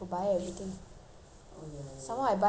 some more I buy pretty expensive you know everything